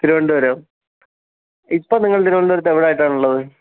തിരുവനന്തപുരം ഇപ്പം നിങ്ങൾ തിരുവനന്തപുരത്ത് എവിടെ ആയിട്ടാണ് ഉള്ളത്